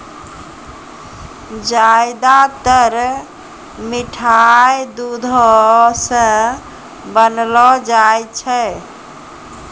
ज्यादातर मिठाय दुधो सॅ बनौलो जाय छै